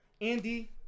Andy